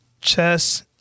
Chess